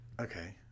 Okay